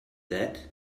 that